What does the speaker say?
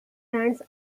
runs